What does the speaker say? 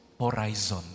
horizon